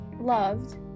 loved